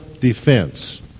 defense